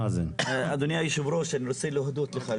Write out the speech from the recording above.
אדוני היו"ר אני רוצה להודות לך,